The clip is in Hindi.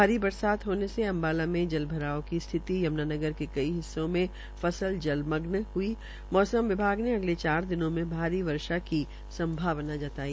भारी बरसात होने से अम्बाला में जलभराव की स्थिति यमुनानगर के कई हिस्सों में फसल जलमग्न हुई मौसम विभाग ने अगले चार दिनों में भारी वर्षा की संभावना जताई